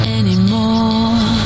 anymore